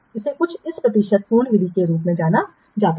इसे कुछ इस प्रतिशत पूर्ण विधि के रूप में जाना जाता है